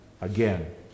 again